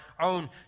own